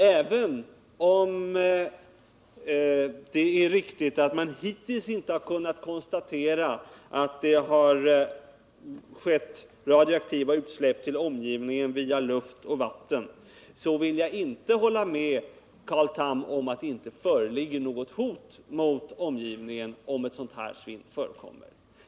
Även om vi hittills inte kunnat konstatera några radioaktiva utsläpp till omgivningen via luft och vatten vill jag inte hålla med Carl Tham om att det inte föreligger något hot mot omgivningen, om ett sådant här svinn förekommer.